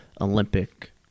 Olympic